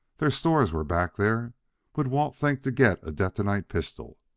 their stores were back there would walt think to get a detonite pistol?